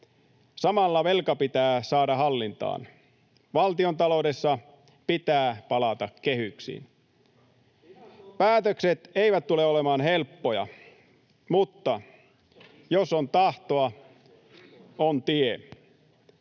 Samalla velka pitää saada hallintaan. Valtiontaloudessa pitää palata kehyksiin. [Ben Zyskowicz: Ihan totta!] Päätökset eivät tule olemaan helppoja, mutta jos on tahtoa, on tie.